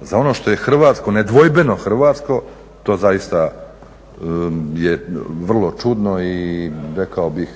za ono što je hrvatsko, nedvojbeno hrvatsko to zaista je vrlo čudno i rekao bih